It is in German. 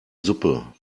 suppe